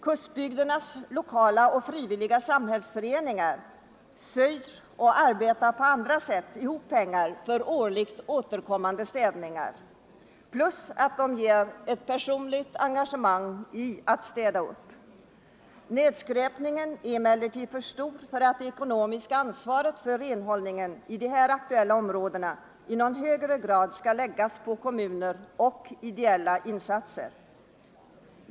Kustbygdernas lokala och frivilliga samhällsföreningar syr och arbetar på andra sätt ihop pengar för årligt återkommande städning, Man engagerar sig också personligen i arbetet med att städa upp. Nedskräpningen är emellertid för stor för att det ekonomiska ansvaret för renhållningen i de här aktuella områdena i någon högre grad skall läggas på kommuner och ideella sammanslutningar.